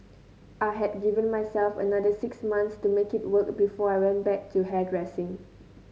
I had given myself another six months to make it work before I went back to hairdressing